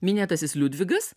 minėtasis liudvigas